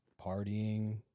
partying